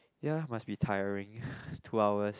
ya must be tiring two hours